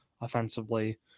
offensively